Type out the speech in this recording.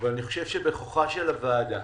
אני חושב שבכוחה של הוועדה